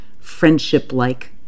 friendship-like